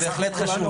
זה בהחלט חשוב,